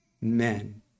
men